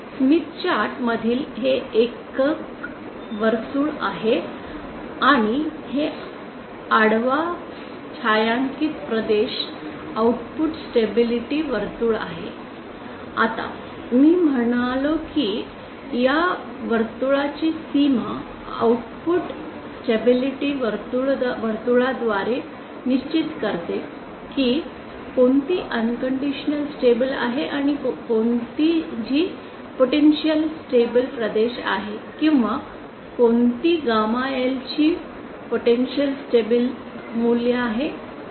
Smith chart मधील हे एकक वर्तुळ आहे आणि हे आडवा छायांकित प्रदेश आउटपुट स्टेबिलिटी वर्तुळ आहे आता मी म्हणालो की या वर्तुळाची सीमा आउट पुट स्टेबिलिटी वर्तुळा द्वारे निश्चित करते की कोणती अनकंडिशनल स्टेबल आहे आणि कोणती जी पोटेंशिअल इन्स्टेबल प्रदेश आहे किंवा कोणती गामा L ची पोटेंशिअल इन्स्टेबल मूल्ये आहे